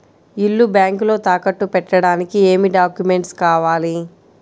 ఇల్లు బ్యాంకులో తాకట్టు పెట్టడానికి ఏమి డాక్యూమెంట్స్ కావాలి?